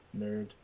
nerd